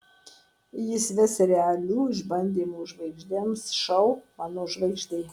ji ves realių išbandymų žvaigždėms šou mano žvaigždė